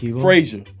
Frazier